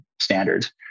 standards